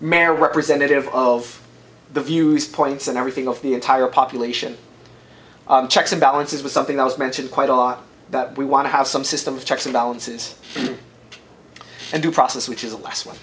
mare representative of the views points and everything of the entire population checks and balances was something that was mentioned quite a lot that we want to have some system of checks and balances and due process which is a last one